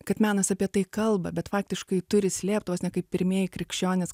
kad menas apie tai kalba bet faktiškai turi slėpt vos ne kaip pirmieji krikščionys